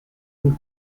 rule